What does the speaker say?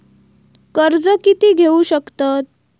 कर्ज कीती घेऊ शकतत?